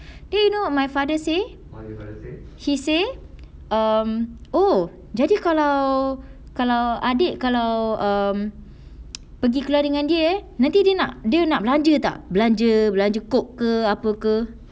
do you know what my father say he say um oh jadi kalau kalau adik kalau um pergi keluar dengan dia eh nanti dia nak dia nak belanja tak belanja belanja coke ke apa ke